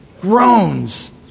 groans